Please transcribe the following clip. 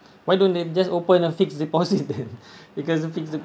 why don't they just open a fixed deposit then because fixed de~